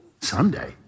Someday